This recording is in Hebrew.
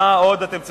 מה עוד אתם צריכים,